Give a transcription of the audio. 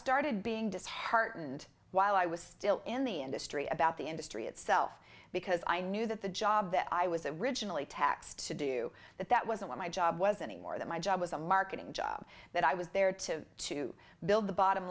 started being disheartened while i was still in the industry about the industry itself because i knew that the job that i was a riginal a tax to do that that wasn't what my job was anymore that my job was a marketing job that i was there to to build the bottom